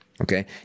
Okay